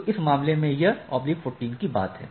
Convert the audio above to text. तो इस मामले में यह 14 की बात है